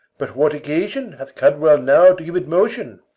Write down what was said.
but what occasion hath cadwal now to give it motion?